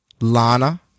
Lana